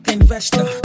investor